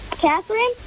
Catherine